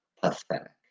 pathetic